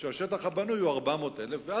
שהשטח הבנוי הוא 400,000